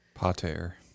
Pater